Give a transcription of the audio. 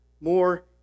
more